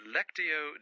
Lectio